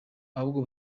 ahubwo